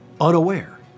unaware